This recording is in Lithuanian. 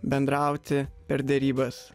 bendrauti per derybas